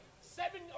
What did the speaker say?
seven